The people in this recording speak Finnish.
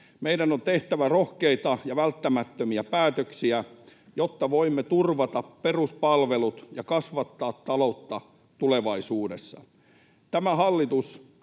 Meidän on tehtävä rohkeita ja välttämättömiä päätöksiä, jotta voimme turvata peruspalvelut ja kasvattaa taloutta tulevaisuudessa. Tämä hallitus